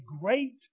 great